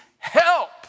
Help